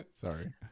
Sorry